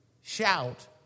shout